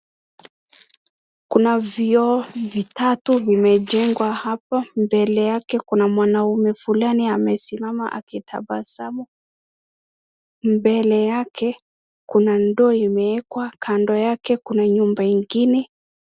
Kuna vyoo vitatu vimejengwa hapo. Mbele yake kuna mwanaume fulani amesimama akitabasamu. Mbele yake kuna ndoo imeekwa. Kando yake kuna nyumba ingine.